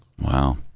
Wow